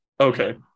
Okay